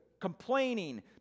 complaining